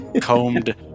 combed